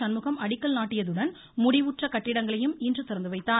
சண்முகம் அடிக்கல் நாட்டியதுடன் முடிவுற்ற கட்டிடங்களையும் இன்று திறந்து வைத்தார்